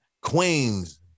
queens